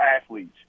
athletes